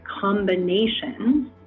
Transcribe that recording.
combinations